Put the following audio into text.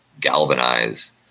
galvanize